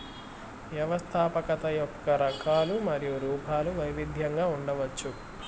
వ్యవస్థాపకత యొక్క రకాలు మరియు రూపాలు వైవిధ్యంగా ఉండవచ్చు